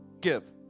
give